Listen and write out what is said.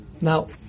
now